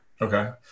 Okay